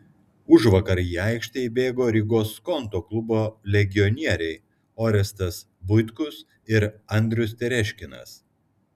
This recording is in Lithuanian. užvakar į aikštę įbėgo rygos skonto klubo legionieriai orestas buitkus ir andrius tereškinas